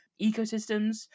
ecosystems